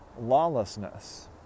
lawlessness